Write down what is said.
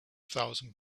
thousand